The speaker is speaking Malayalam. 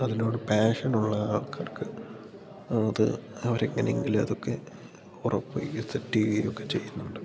അതിനോട് പേഷനുള്ള ആൾക്കാർക്ക് ആ അത് അവരെങ്ങനെയെങ്കിലുമതൊക്കെ ഉറപ്പിൽ സെറ്റ് ചെയ്യുകയൊക്കെ ചെയ്യുന്നുണ്ട്